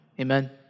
Amen